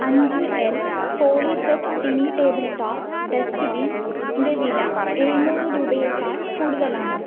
അഞ്ച് L poly set tiny table top dustbin ന്റെ വില എഴുന്നൂറ് രൂപയേക്കാൾ കൂടുതലാണോ